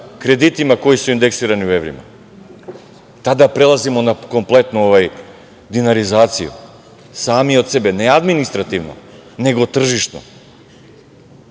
kreditima koji su indeksirani u evrima. Tada prelazimo na kompletnu dinarizaciju, sami od sebe, ne administrativno, nego tržišno.